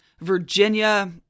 Virginia